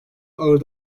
ağır